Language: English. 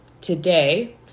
today